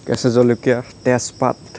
কেঁচা জলকীয়া তেজপাত